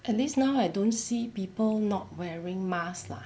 at least now I don't see people not wearing masks lah